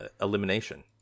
elimination